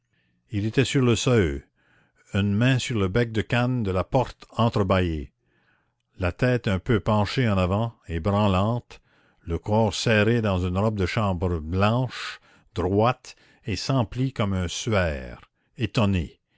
il était sur le seuil une main sur le bec-de-cane de la porte entre-bâillée la tête un peu penchée en avant et branlante le corps serré dans une robe de chambre blanche droite et sans plis comme un suaire étonné